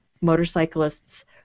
motorcyclists